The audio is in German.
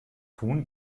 tun